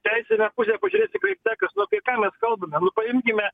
teisinę pusę pažiūrės tikrai vtechas nu apie ką mes kalbame nu paimkime